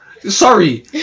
sorry